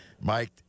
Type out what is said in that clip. mike